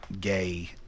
gay